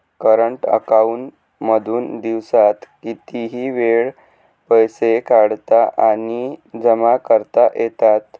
current account मधून दिवसात कितीही वेळ पैसे काढता आणि जमा करता येतात